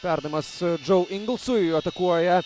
perdavimas džau ingilsui atakuoja